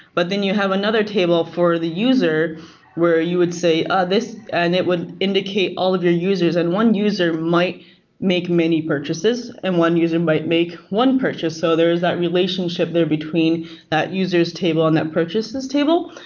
but then you have another table for the user where you would say ah and and it would indicate all of the users, and one user might make many purchases and one user might make one purchase, so there's that relationship there between that users table and that purchases' table.